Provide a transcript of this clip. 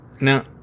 No